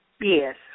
Yes